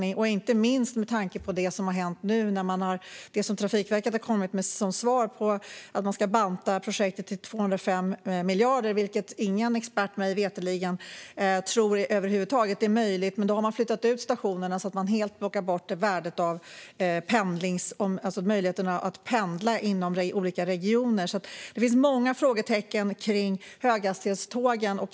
Det här gäller inte minst med tanke på vad som hänt nu i och med Trafikverkets svar som säger att man ska banta projektet till 205 miljarder. Ingen expert mig veterligen tror att detta över huvud taget är möjligt. Man har nu flyttat ut stationerna så att värdet av att kunna pendla inom olika regioner helt har tagits bort. Det finns många frågor runt höghastighetstågen.